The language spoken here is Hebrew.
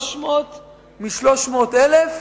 300 מ-300,000,